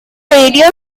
radio